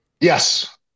Yes